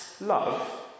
love